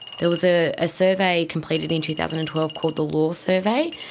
there was a ah survey completed in two thousand and twelve called the law survey,